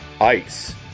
Ice